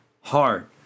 hard